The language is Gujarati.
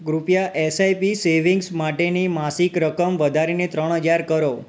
કૃપયા એસ આઈ પી સેવિંગ્સ માટેની માસિક રકમ વધારીને ત્રણ હજાર કરો